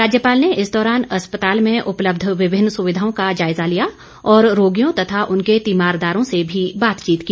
राज्यपाल ने इस दौरान अस्पताल में उपलब्ध विभिन्न सुविधाओं का जायजा लिया और रोगियों तथा उनके तीमारदारों से भी बातचीत की